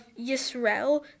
Yisrael